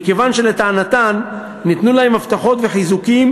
מכיוון שלטענתן ניתנו להן הבטחות וחיזוקים